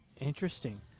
Interesting